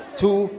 two